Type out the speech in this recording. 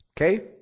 Okay